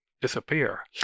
disappear